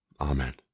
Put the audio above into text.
Amen